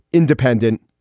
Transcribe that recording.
independent,